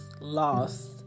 lost